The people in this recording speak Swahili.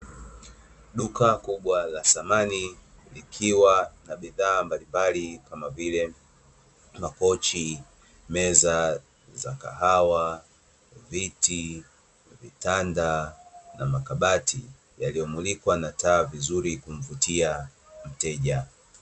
Duka kubwa la dhamani ikiwa na bidhaa mbalimbali kama vile viti ,meza ,masofa ,makabati ,vitanda vikimulikwa kwa taa kwaajili ya kumvutia mteja